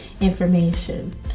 information